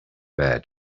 bed